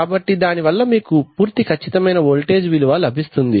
కాబట్టి దాని వల్ల మీకు పూర్తి ఖచ్చితమైన ఓల్టేజ్ విలువ లభిస్తుంది